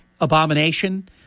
abomination